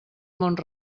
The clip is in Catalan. mont